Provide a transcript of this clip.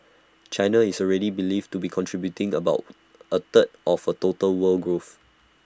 China is already believed to be contributing about A third of total world growth